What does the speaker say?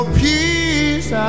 peace